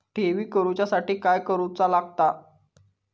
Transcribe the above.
ठेवी करूच्या साठी काय करूचा लागता?